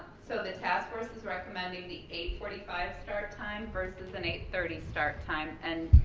so the task force is recommending the eight forty five start time versus an eight thirty start time and,